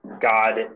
God